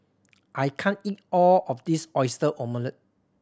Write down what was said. I can't eat all of this Oyster Omelette